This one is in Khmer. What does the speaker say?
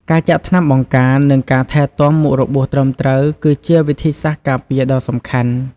ការចាក់ថ្នាំបង្ការ និងការថែទាំមុខរបួសត្រឹមត្រូវ គឺជាវិធីសាស្ត្រការពារដ៏សំខាន់។